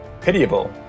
Pitiable